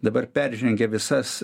dabar peržengė visas